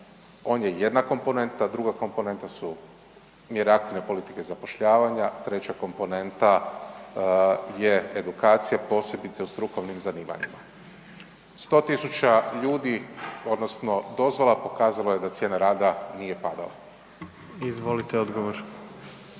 On je jedna komponenta, druga komponenta su mjere aktivne politike zapošljavanja, treća komponenta je edukacija posebice u strukovnim zanimanjima. 100.000 ljudi odnosno dozvola pokazalo je da cijena rada nije padala. **Jandroković,